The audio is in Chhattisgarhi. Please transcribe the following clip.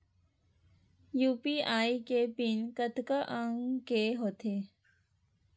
यू.पी.आई के पिन कतका अंक के होथे?